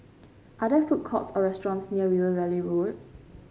are there food courts or restaurants near River Valley Road